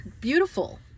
beautiful